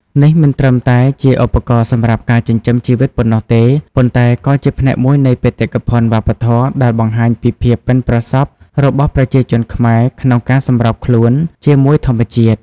នេះមិនត្រឹមតែជាឧបករណ៍សម្រាប់ការចិញ្ចឹមជីវិតប៉ុណ្ណោះទេ ប៉ុន្តែក៏ជាផ្នែកមួយនៃបេតិកភណ្ឌវប្បធម៌ដែលបង្ហាញពីភាពប៉ិនប្រសប់របស់ប្រជាជនខ្មែរក្នុងការសម្របខ្លួនជាមួយធម្មជាតិ។